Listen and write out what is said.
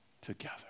together